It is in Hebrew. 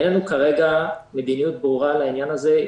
אין לנו כרגע מדיניות ברורה לעניין הזה.